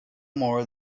more